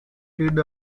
did